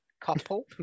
couple